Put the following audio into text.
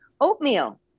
oatmeal